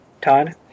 Todd